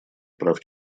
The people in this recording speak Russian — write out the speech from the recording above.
прав